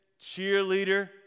cheerleader